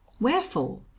Wherefore